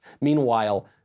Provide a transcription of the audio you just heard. Meanwhile